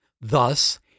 Thus